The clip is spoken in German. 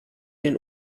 den